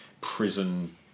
prison